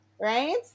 Right